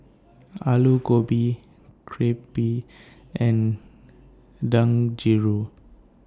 Alu Gobi Crepe and Dangojiru